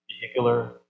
vehicular